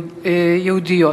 היהודיות.